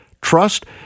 Trust